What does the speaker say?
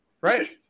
Right